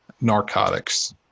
narcotics